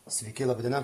sveiki laba diena